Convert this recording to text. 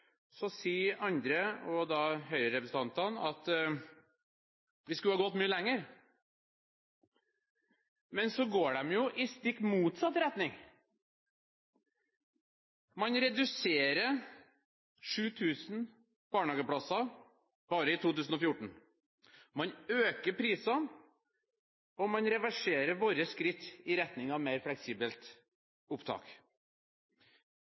sier andre – og da høyrepresentantene – at vi skulle ha gått mye lenger. Men så går de jo i stikk motsatt retning. Man reduserer med 7 000 barnehageplasser bare i 2014, man øker prisene, og man reverserer våre skritt i retning av mer